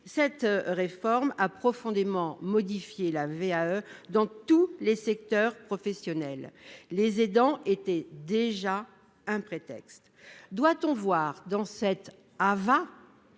cette réforme a profondément modifié la VAE dans tous les secteurs professionnels. Les aidants étaient déjà un prétexte. Doit-on voir dans cette